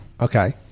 Okay